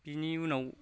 बिनि उनाव